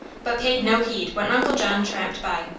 but paid no heed when uncle john tramped by.